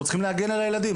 אנחנו צריכים להגן על הילדים.